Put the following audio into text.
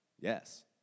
Yes